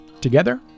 Together